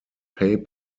pay